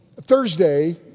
Thursday